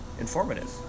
informative